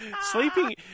Sleeping